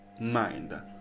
mind